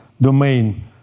domain